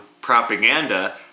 propaganda